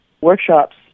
workshops